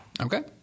Okay